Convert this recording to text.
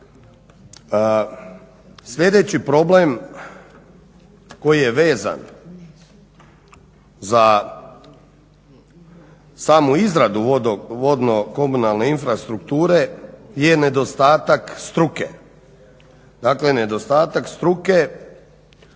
Sljedeći problem koji je vezan za samu izradu vodno-komunalne infrastrukture je nedostatak struke. Dakle, nedostatak struke.